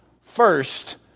first